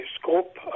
scope